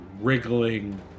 wriggling